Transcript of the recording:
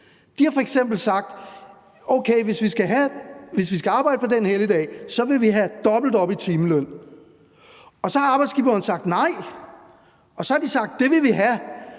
De har f.eks. sagt: Hvis vi skal arbejde på den helligdag, vil vi have dobbelt op i timeløn. Så har arbejdsgiveren sagt nej, men så har de sagt, at det vil de have.